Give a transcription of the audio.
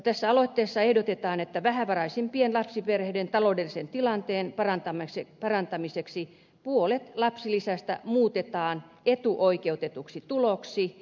tässä aloitteessa ehdotetaan että vähävaraisimpien lapsiperheiden taloudellisen tilanteen parantamiseksi puolet lapsilisästä muutetaan etuoikeutetuksi tuloksi